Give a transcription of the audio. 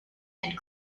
and